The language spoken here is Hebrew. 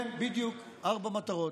כן, בדיוק, ארבע מטרות.